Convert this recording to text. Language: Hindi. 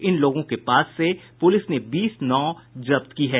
इनलोगों के पास से पुलिस ने बीस नावें भी जब्त की गई है